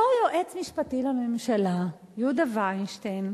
אותו יועץ משפטי לממשלה, יהודה וינשטיין,